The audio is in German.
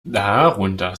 darunter